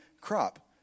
crop